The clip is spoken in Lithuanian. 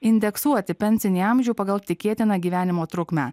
indeksuoti pensinį amžių pagal tikėtiną gyvenimo trukmę